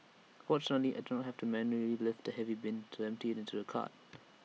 fortunately I did not have to manually lift the heavy bin to empty IT into the cart